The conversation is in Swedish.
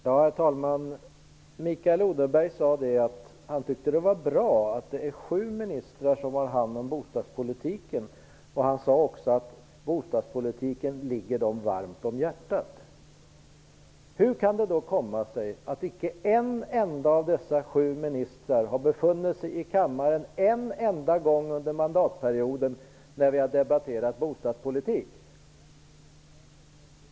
Herr talman! Mikael Odenberg sade att han tycker att det är bra att sju ministrar har hand om bostadspolitiken. Han sade också att bostadspolitiken ligger dem varmt om hjärtat. Hur kan det då komma sig att icke en enda av dessa sju ministrar har befunnit sig i kammaren en enda gång under mandatperioden när vi har diskuterat bostadspolitik?